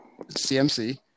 CMC